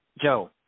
Joe